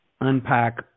unpack